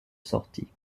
sortie